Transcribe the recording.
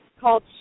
called